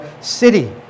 city